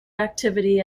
activity